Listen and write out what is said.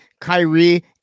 Kyrie